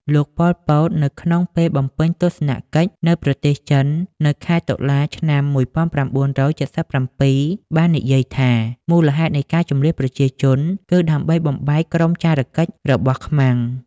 លោក ប៉ុល ពត នៅក្នុងពេលបំពេញទស្សនកិច្ចនៅប្រទេសចិននៅខែតុលា ឆ្នាំ ១៩៧៧ បាននិយាយថា មូលហេតុនៃការជម្លៀសប្រជាជនគឺដើម្បីបំបែកក្រុមចារកិច្ចរបស់ខ្មាំង។